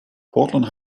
portland